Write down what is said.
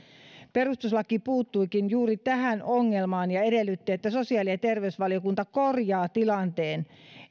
perustuslakivaliokunta puuttuikin juuri tähän ongelmaan ja edellytti että sosiaali ja terveysvaliokunta korjaa tilanteen